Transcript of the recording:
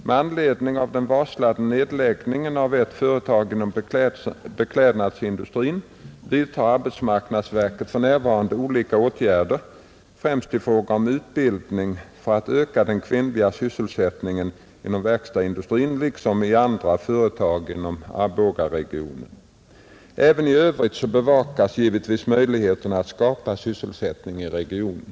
Med anledning av den varslade nedläggningen av ett företag inom beklädnadsindustrin vidtar arbetsmarknadsverket för närvarande olika åtgärder främst i fråga om utbildning för att öka den kvinnliga sysselsättningen inom verkstadsindustrin liksom i andra företag inom Arbogaregionen. Även i övrigt bevakas givetvis möjligheterna att skapa sysselsättning i regionen.